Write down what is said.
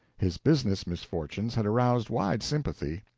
his business misfortunes had aroused wide sympathy.